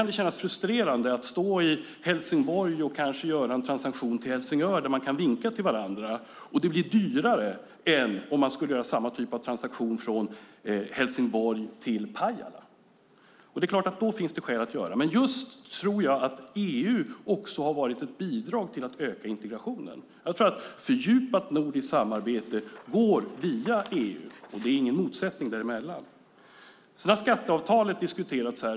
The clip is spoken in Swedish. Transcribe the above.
Det är frustrerande att stå i Helsingborg och göra en transaktion till Helsingör där man kan vinka till varandra och det blir dyrare än om man skulle göra samma typ av transaktion från Helsingborg till Pajala. Det finns skäl att göra något åt det. EU har också varit ett bidrag till att öka integrationen. Jag tror att fördjupat nordiskt samarbete går via EU, och det finns ingen motsättning däremellan. Skatteavtalet har diskuterats här.